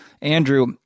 Andrew